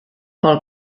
pel